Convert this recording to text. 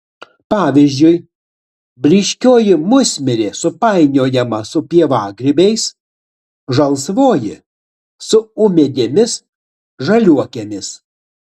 pavyzdžiui blyškioji musmirė supainiojama su pievagrybiais žalsvoji su ūmėdėmis žaliuokėmis